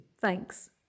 Thanks